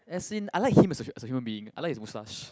as in I like him as a as a human being I like his moustache